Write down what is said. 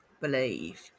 believe